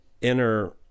inner